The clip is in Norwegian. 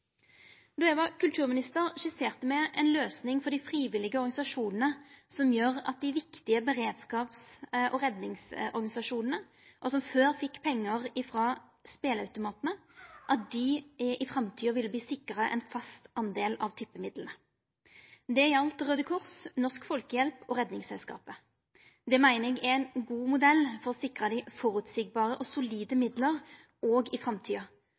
Då eg var kulturminister, skisserte me ei løysing for dei frivillige organisasjonane som gjorde at dei viktige beredskaps- og redningsorganisasjonane, som før fekk pengar frå speleautomatane, i framtida ville verta sikra ein fast del av tippemidlane. Det gjaldt Raude Krossen, Norsk Folkehjelp og Redningsselskapet. Det meiner eg er ein god modell for å sikra dei føreseielege og solide midlar òg i framtida,